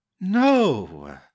No